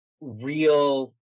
real